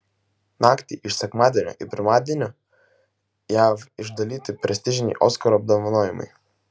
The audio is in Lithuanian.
naktį iš sekmadienio į pirmadienio jav išdalyti prestižiniai oskarų apdovanojimai